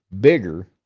bigger